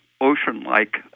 ocean-like